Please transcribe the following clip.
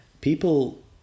people